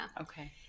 Okay